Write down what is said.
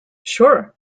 sure